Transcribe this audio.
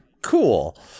cool